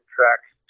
Tracks